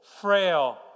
frail